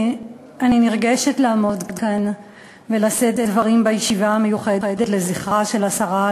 אני נרגשת לעמוד כאן ולשאת דברים בישיבה המיוחדת לזכרה של השרה לשעבר,